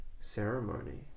ceremony